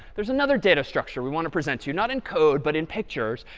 there's another data structure we want to present to, not in code, but in pictures.